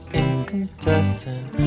incandescent